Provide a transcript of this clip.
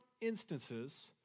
instances